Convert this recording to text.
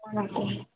ஆமாம் டாக்டர்